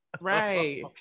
Right